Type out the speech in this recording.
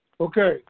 Okay